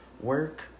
work